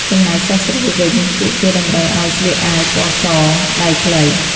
ចំណែកសិស្សស្រីវិញ ពួកគេតម្រូវឲ្យស្លៀកអាវពណ៌ស ដៃខ្លី។